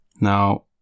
Now